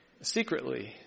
secretly